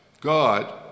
God